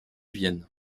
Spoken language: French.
vienne